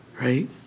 Right